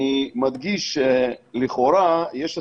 אני מדגיש שלכאורה יש הסכמה,